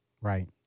Right